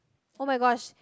oh-my-gosh